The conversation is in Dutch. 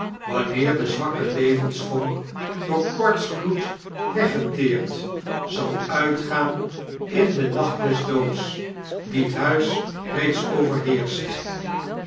wanneer de zwakke levensvonk door koortsgloed weggeteerd zal uitgaan in den nacht des doods die thuis reeds overheert